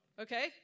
Okay